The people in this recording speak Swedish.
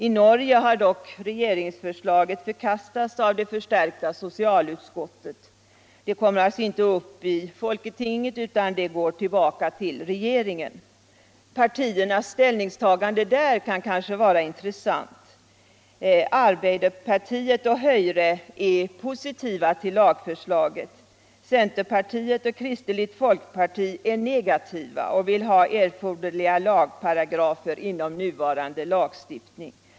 I Norge har dock regeringsförslaget förkastats av det förstärkta socialutskottet. Förslaget kommer därför ej upp i stortinget utan går tillbaka till regeringen. Partiernas ställningstagande i detta sammanhang kan vara intressant. Arbeiderpartiet och höyre är positiva till lagförslaget, senterpartict och kristelig folkeparti är negativa och vill ha erforderliga lagparagrafer inom nuvarande lagstiftning.